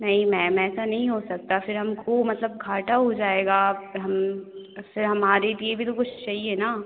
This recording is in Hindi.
नहीं मैम ऐसा नहीं हो सकता फिर हमको मतलब घाटा हो जाएगा आप हम फिर हमारे लिए भी तो कुछ चाहिए ना